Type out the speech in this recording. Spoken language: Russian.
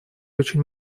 очень